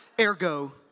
Ergo